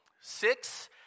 six